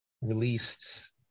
released